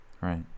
right